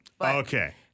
Okay